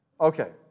Okay